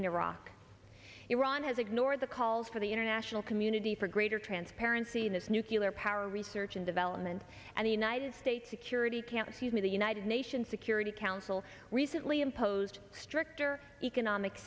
in iraq iran has ignored the calls for the international community for greater transparency this nucular power research and development and the united states security can see the united nations security council recently imposed stricter economic